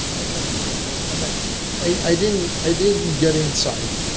i cannot go there. and i didn't i didn't get inside.